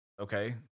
Okay